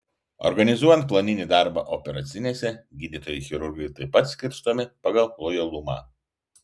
organizuojant planinį darbą operacinėse gydytojai chirurgai taip pat skirstomi pagal lojalumą